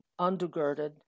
undergirded